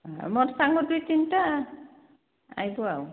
ମୋର ସାଙ୍ଗ ଦୁଇ ତିନିଟା ଆସିବୁ ଆଉ